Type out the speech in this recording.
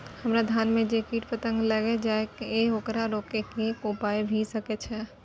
हमरा धान में जे कीट पतंग लैग जाय ये ओकरा रोके के कि उपाय भी सके छै?